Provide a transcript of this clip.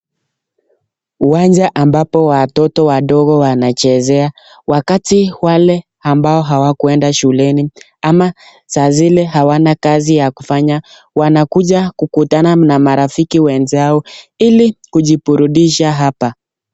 Uwanja ambapo watoto wadogo wanachezea wakati wale ambao hawakueda shuleni ama saa zile hawana kazi ya kufanya wanakuja kukutana na marafiki wenzao ili kujiburudisha hapa.